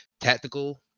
tactical